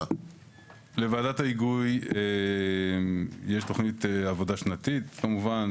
לוועדת ההיגוי יש תוכנית עבודה שנתית כמובן